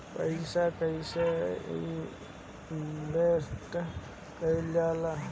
पैसा कईसे इनवेस्ट करल जाई?